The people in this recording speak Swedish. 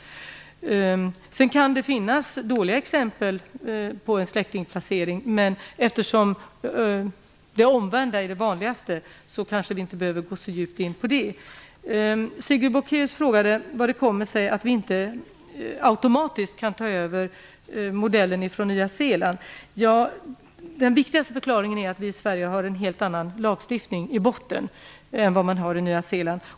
Det kan också finnas dåliga exempel på släktingplaceringar. Men eftersom det omvända är det vanligaste, kanske vi inte behöver gå så djupt in på det. Sigrid Bolkéus frågade hur det kommer sig att vi inte automatiskt kan ta över modellen ifrån Nya Zeeland. Den viktigaste förklaringen är att vi i Sverige har en helt annan lagstiftning i botten än vad man har i Nya Zeeland.